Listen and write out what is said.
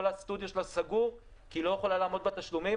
הסטודיו שלה סגור כי היא לא יכולה לעמוד בתשלום,